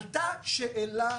עלתה שאלה,